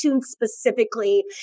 specifically